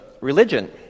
religion